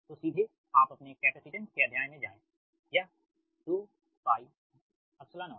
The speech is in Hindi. तो सीधे आप अपने कैपेसिटेंस के अध्याय में जाएँयह 20है